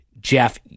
Jeff